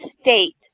state